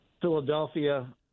Philadelphia